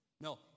No